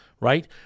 Right